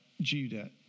Judah